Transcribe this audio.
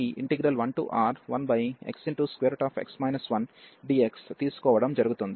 తీసుకోవడం జరుగుతుంది